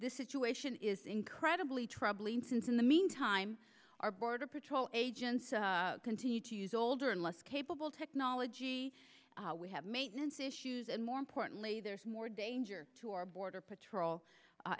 this situation is incredibly troubling since in the meantime our border patrol agents continue to use older and less capable technology we have maintenance issues and more importantly there's more danger to our border patrol